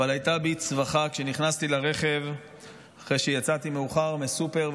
אבל הייתה בי צווחה כשנכנסתי לרכב אחרי שיצאתי מאוחר מסופר,